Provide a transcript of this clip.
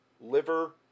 liver